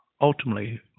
ultimately